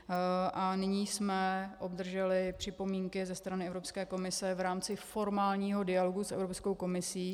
A nyní jsme obdrželi připomínky ze strany Evropské komise v rámci formálního dialogu s Evropskou komisí.